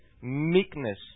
meekness